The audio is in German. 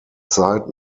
zeit